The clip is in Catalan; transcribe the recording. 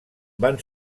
van